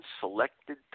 selected